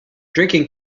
drinking